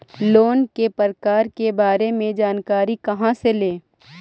Loan के प्रकार के बारे मे जानकारी कहा से ले?